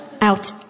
out